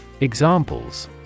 Examples